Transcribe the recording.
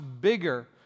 bigger